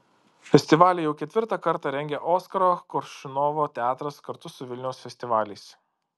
festivalį jau ketvirtą kartą rengia oskaro koršunovo teatras kartu su vilniaus festivaliais